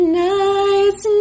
nights